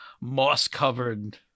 moss-covered